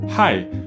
Hi